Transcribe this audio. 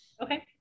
Okay